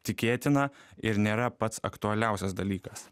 tikėtina ir nėra pats aktualiausias dalykas